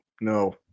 no